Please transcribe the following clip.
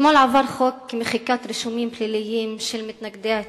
אתמול עבר חוק מחיקת רישומים פליליים של מתנגדי ההתנתקות.